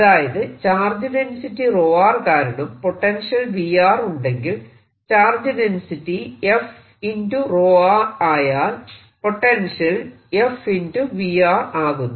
അതായത് charge density 𝜌 കാരണം potential V ഉണ്ടെങ്കിൽ ചാർജ് ഡെൻസിറ്റി f ✕ 𝜌 ആയാൽ പൊട്ടൻഷ്യൽ f ✕V ആകുന്നു